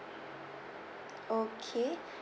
okay